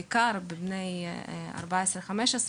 בעיקר בני 14 ו-15,